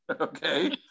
okay